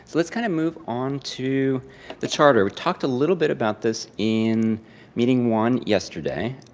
let's kind of move onto the charter. we talked a little bit about this in meeting one yesterday,